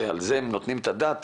שעל זה הם נותנים את הדעת